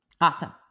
Awesome